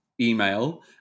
email